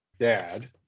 dad